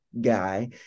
guy